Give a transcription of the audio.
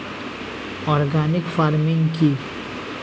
Organic farming কি?